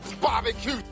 Barbecue